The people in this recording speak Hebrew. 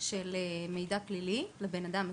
של מידע פלילי לאדם עצמו,